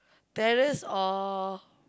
terrace or